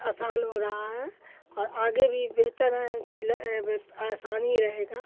آسان ہو رہا ہے اور آگے بھی بہتر ہے کہ آسانی رہے گا